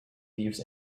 leaves